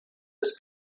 des